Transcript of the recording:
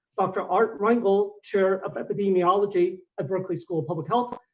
dr. art reingold, chair of epidemiology at berkeley school of public health.